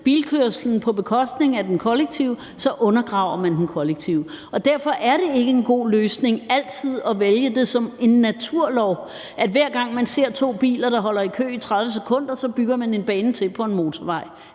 bilkørslen på bekostning af den kollektive trafik, så undergraver man den kollektive trafik. Og derfor er det ikke en god løsning altid at vælge det som en naturlov, at hver gang man ser to biler, der holder i kø i 30 sekunder, så bygger man en bane til på en motorvej.